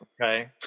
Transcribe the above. okay